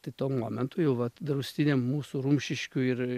tai tuo momentu jau vat draustiniam mūsų rumšiškių ir